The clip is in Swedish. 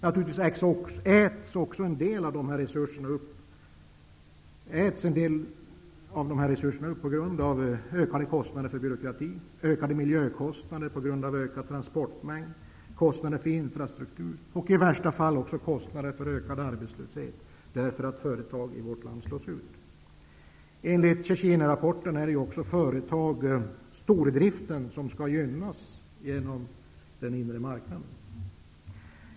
Naturligtvis äts också en del av resurserna upp på grund av ökade kostnader för byråkrati, ökade kostnader för miljöstörningar på grund av ökad transportmängd, ökade kostnader för infrastruktur och i värsta fall kostnader för ökad arbetslöshet eftersom företag i vårt land slås ut. Enligt Cecchinirapporten skall den inre marknaden gynna stordriften.